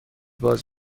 باز